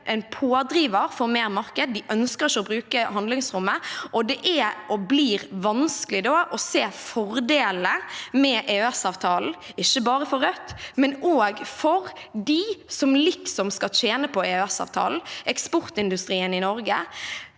de ønsker ikke å bruke handlingsrommet. Det er og blir da vanskelig å se fordelene med EØS-avtalen, ikke bare for Rødt, men også for de som liksom skal tjene på EØSavtalen. Eksportindustrien i Norge